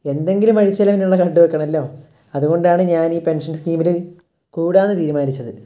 എന്തെങ്കിലും വഴിച്ചെലവിനുള്ളത് കണ്ടു വെക്കണമല്ലോ അതുകൊണ്ടാണ് ഞാൻ ഈ പെൻഷൻ സ്കീമിൽ കൂടാമെന്ന് തീരുമാനിച്ചത്